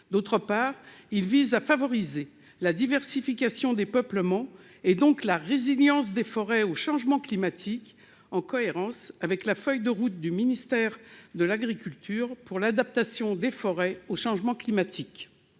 D'autre part, il tend à favoriser la diversification des peuplements et donc la résilience des forêts au changement climatique, en cohérence avec la feuille de route du ministère de l'agriculture pour l'adaptation des forêts au changement climatique.